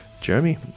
Jeremy